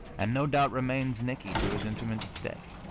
and no doubt remains nicky to his intimates today.